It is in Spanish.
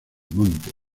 monte